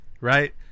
right